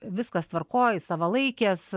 viskas tvarkoj savalaikės